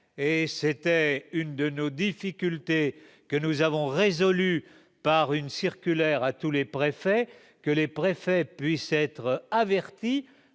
et c'était une de nos difficultés que nous avons résolu par une circulaire à tous les préfets que les préfets puissent être avertis